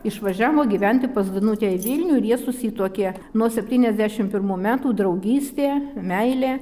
išvažiavo gyventi pas danutę į vilnių ir jie susituokė nuo septyniasdešim pirmų metų draugystė meilė